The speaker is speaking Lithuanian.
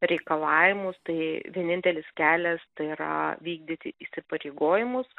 reikalavimus tai vienintelis kelias tai yra vykdyti įsipareigojimus